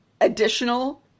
additional